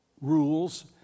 rules